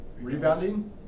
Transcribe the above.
rebounding